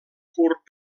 curt